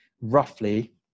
roughly